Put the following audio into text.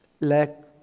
lack